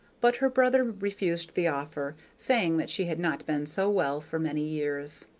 but her brother refused the offer, saying that she had not been so well for many years.